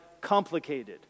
complicated